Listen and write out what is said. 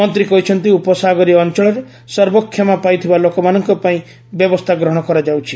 ମନ୍ତ୍ରୀ କହିଛନ୍ତି ଉପସାଗରୀୟ ଅଞ୍ଚଳରେ ସର୍ବକ୍ଷମା ପାଇଥିବା ଲୋକମାନଙ୍କ ପାଇଁ ବ୍ୟବସ୍ଥା ଗ୍ରହଣ କରାଯାଉଛି